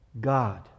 God